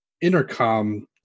intercom